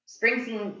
Springsteen